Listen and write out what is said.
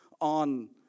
on